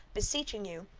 beseeching you,